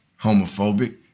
homophobic